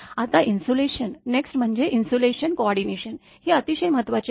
आता insulation next म्हणजे insulation coordination हे अतिशय महत्त्वाचे आहे